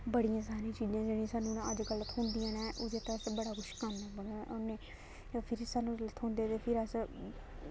बड़ियां सारियां चीजां जेह्ड़ियां सानूं अजकल्ल थ्होंदियां ने ओह्दे ते अस बड़ा कुछ करने होन्ने फिर सानूं जे थ्होंदे ने ते फिर अस